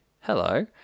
Hello